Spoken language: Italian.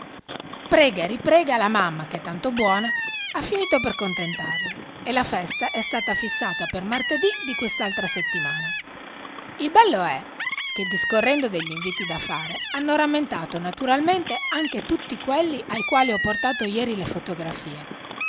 prega e riprega la mamma che è tanto buona ha finito per contentarle e la festa è stata fissata per martedì di quest'altra settimana il bello è che discorrendo degli inviti da fare hanno rammentato naturalmente anche tutti quelli ai quali ho portato ieri le fotografie